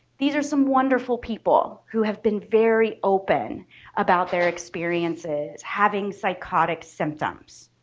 these are some wonderful people who have been very open about their experiences having psychotic symptoms.